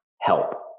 help